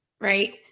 right